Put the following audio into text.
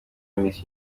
miss